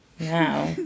wow